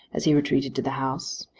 as he retreated to the house,